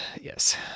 yes